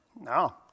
No